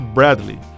Bradley